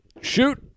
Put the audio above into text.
shoot